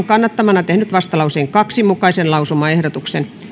kannattamana tehnyt vastalauseen kahden mukaisen lausumaehdotuksen